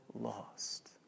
lost